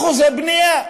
אחוזי בנייה.